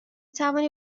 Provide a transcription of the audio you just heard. توانی